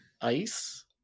ice